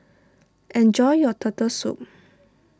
enjoy your Turtle Soup